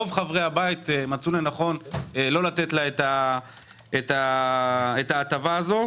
רוב חברי הבית מצאו לנכון לא לתת לה את ההטבה הזו.